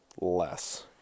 less